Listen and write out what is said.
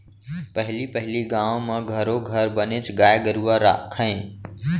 पहली पहिली गाँव म घरो घर बनेच गाय गरूवा राखयँ